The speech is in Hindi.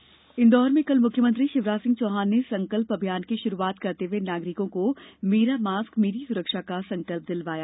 संकल्प अभियान इंदौर में कल मुख्यमंत्री शिवराज सिंह चौहान ने संकल्प अभियान की शुरुआत करते हुए नागरिकों को मेरा मास्क मेरी सुरक्षा का संकल्प दिलवाया